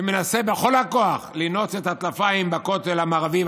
ומנסה בכל הכוח לנעוץ את הטלפיים בכותל המערבי,